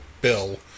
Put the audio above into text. bill